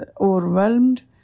overwhelmed